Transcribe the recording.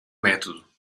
método